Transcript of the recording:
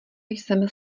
jsem